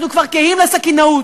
אנחנו כבר קהים לסכינאות,